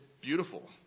beautiful